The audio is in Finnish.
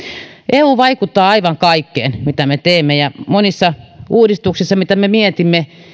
eu vaikuttaa aivan kaikkeen mitä me teemme ja monissa uudistuksissa mitä me mietimme